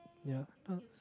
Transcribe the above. ya uh